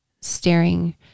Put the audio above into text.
staring